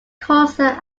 coarser